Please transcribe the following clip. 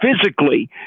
physically